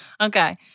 Okay